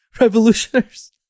revolutionaries